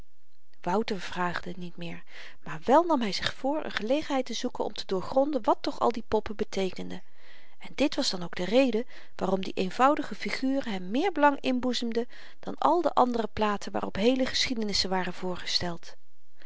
wouter vraagde niet meer maar wel nam hy zich voor n gelegenheid te zoeken om te doorgronden wat toch al die poppen beteekenden en dit was dan ook de reden waarom die eenvoudige figuren hem meer belang inboezemden dan al de andere platen waarop heele geschiedenissen waren voorgesteld